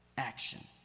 action